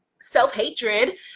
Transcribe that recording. self-hatred